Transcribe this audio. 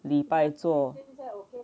礼拜做